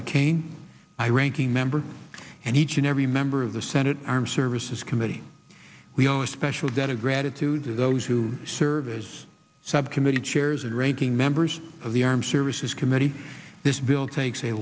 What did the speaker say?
mccain i ranking member and each and every member of the senate armed services committee we are a special debt of gratitude to those who service subcommittee chairs and ranking members of the armed services committee this bill takes a